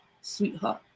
sweetheart